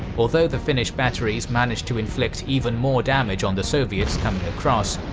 although the finnish batteries managed to inflict even more damage on the soviets coming across,